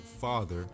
father